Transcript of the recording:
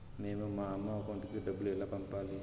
మేము మా అమ్మ అకౌంట్ కి డబ్బులు ఎలా పంపాలి